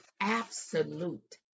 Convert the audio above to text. absolute